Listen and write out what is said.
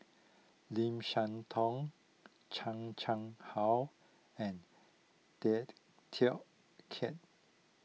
Lim Siah Tong Chan Chang How and Tay Teow Kiat